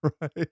Right